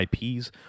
IPs